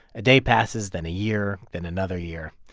a day passes, then a year, then another year.